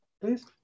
please